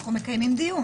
מקיימים דיון.